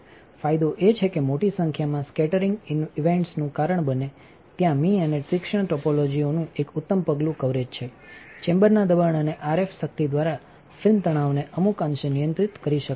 ફાયદો એ છે કેમોટી સંખ્યામાં સ્કેટરિંગ ઇવેન્ટ્સનું કારણ બનેત્યાંમીઅને તીક્ષ્ણ ટોપોલોજીઓનુંએકઉત્તમ પગલું કવરેજ છેચેમ્બરના દબાણ અને આરએફ શક્તિ દ્વારા ફિલ્મ તણાવને અમુક અંશે નિયંત્રિત કરી શકાય છે